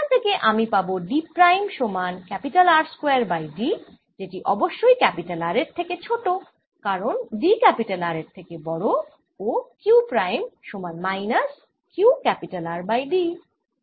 সেখান থেকে আমি পাবো d প্রাইম সমান R স্কয়ার বাই d যেটি অবশ্যই R এর থেকে ছোট কারণ d R এর থেকে বড় ও q প্রাইম সমান minus q R by d